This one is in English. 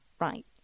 right